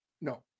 No